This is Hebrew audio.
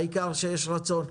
העיקר שיש רצון.